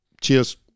Cheers